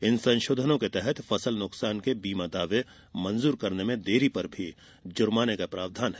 इन संशोधनों के तहत फसल नुकसान के बीमा दावे मंजूर करने में देरी पर जुर्माने का भी प्रावधान है